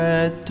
Red